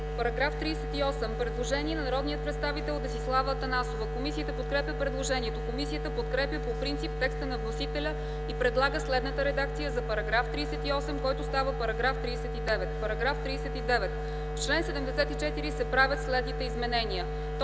По § 38 има предложение на народния представител Десислава Атанасова. Комисията подкрепя предложението. Комисията подкрепя по принцип текста на вносителя и предлага следната редакция за § 38, който става § 39: „§ 39. В чл. 74 се правят следните изменения: